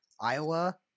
Iowa